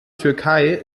türkei